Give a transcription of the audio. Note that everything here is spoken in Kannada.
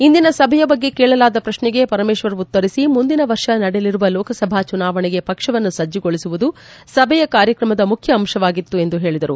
ಇಂದಿನ ಸಭೆಯ ಬಗ್ಗೆ ಕೇಳಲಾದ ಪ್ರಶ್ನೆಗೆ ಪರಮೇಶ್ವರ್ ಉತ್ತರಿಸಿ ಮುಂದಿನ ವರ್ಷ ನಡೆಯಲರುವ ಲೋಕಸಭಾ ಚುನಾವಣೆಗೆ ಪಕ್ಷವನ್ನು ಸಬ್ಬಗೊಳಿಸುವುದು ಸಭೆಯ ಕಾರ್ಯಕ್ರಮದ ಮುಖ್ಯ ಅಂಶವಾಗಿತ್ತು ಎಂದು ಹೇಳಿದರು